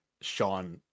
sean